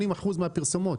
80% מהפרסומות.